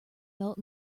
melt